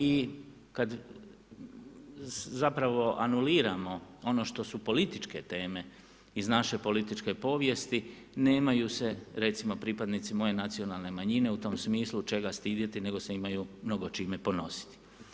I kad zapravo anuliramo ono što su političke teme iz naše političke povijesti nemaju se recimo pripadnici moje nacionalne manjine u tom smislu čega stidjeti, nego se imaju mnogo čime ponositi.